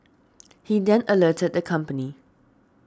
he then alerted the company